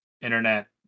internet